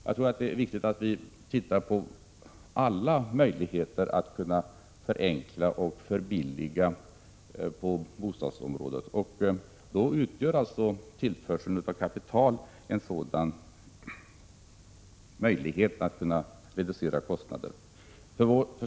Jag tror det är viktigt att försöka förenkla och förbilliga på bostadsområdet, och det kan man göra med kostnaderna kring tillförseln av kapital.